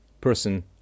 person